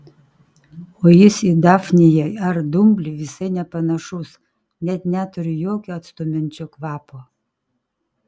o jis į dafniją ar dumblį visai nepanašus net neturi jokio atstumiančio kvapo